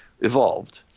evolved